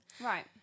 right